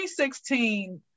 2016